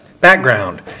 Background